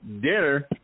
dinner